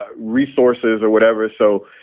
ah resources or whatever. so,